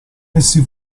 essi